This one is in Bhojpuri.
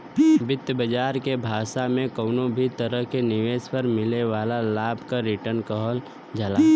वित्त बाजार के भाषा में कउनो भी तरह निवेश पर मिले वाला लाभ क रीटर्न कहल जाला